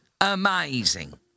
Amazing